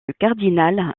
cardinal